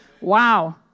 Wow